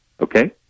Okay